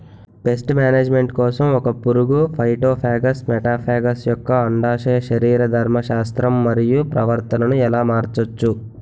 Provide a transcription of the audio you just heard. Paste management కోసం ఒక పురుగు ఫైటోఫాగస్హె మటోఫాగస్ యెక్క అండాశయ శరీరధర్మ శాస్త్రం మరియు ప్రవర్తనను ఎలా మార్చచ్చు?